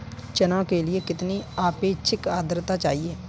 चना के लिए कितनी आपेक्षिक आद्रता चाहिए?